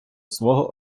свого